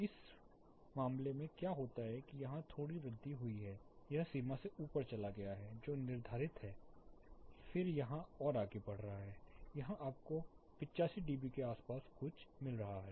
इस मामले में क्या होता है यहां थोड़ी वृद्धि हुई है यह सीमा से ऊपर चला गया है जो निर्धारित है फिर यह यहां और आगे बढ़ रहा है यहां आपको 85 डीबी के करीब कुछ मिल रहा है